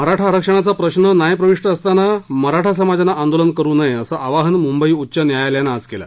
मराठा आरक्षणाचा प्रश्न न्यायप्रविष्ट असताना मराठा समाजानं आंदोलन करु नये असं आवाहन मुंबई उच्च न्यायालयानं आज केलं